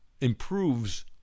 improves